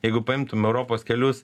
jeigu paimtume europos kelius